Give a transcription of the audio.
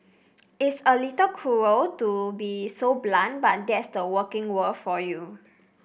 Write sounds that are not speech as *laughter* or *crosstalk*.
*noise* it's a little cruel to be so blunt but that's the working world for you